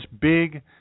big